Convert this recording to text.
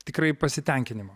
tikrai pasitenkinimo